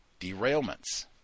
derailments